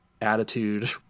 attitude